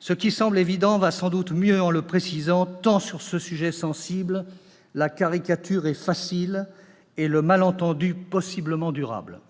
Ce qui semble évident va sans doute mieux en le disant, tant sur ce sujet sensible la caricature est facile et le malentendu possiblement durable.